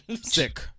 Sick